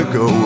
go